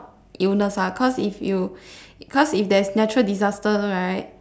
illness lah cause if you cause if there's natural disasters right